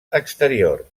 exterior